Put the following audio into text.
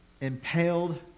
impaled